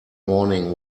morning